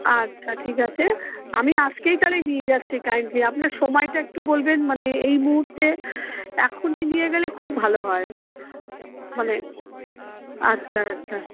আচ্ছা ঠিক আছে আমি আজকেই তাহলে নিয়ে যাচ্ছি কাইন্ডলি আপনার সময়টা একটু বলবেন মানে এই মুহুর্তে এখন কি নিয়ে গেলে খুব ভালো হয় মানে আচ্ছা আচ্ছা